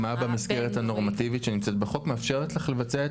מה במסגרת הנורמטיבית שנמצאת בחוק מאפשרת לך לבצע את